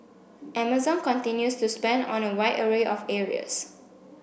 Amazon continues to spend on a wide array of areas